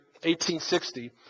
1860